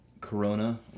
corona